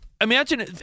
imagine